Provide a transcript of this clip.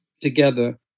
together